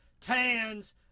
tans